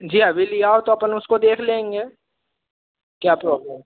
जी अभी लिआओ तो अपन उसको देख लेंगे क्या प्रॉब्लम